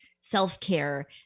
self-care